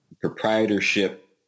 proprietorship